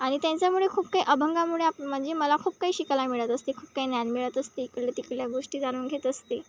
आणि त्यांच्यामुळे खूप काही अभंगामुळे आप म्हणजे मला खूप काही शिकायला मिळत असते खूप काही ज्ञान मिळत असते इकडल्या तिकडल्या गोष्टी जाणून घेत असते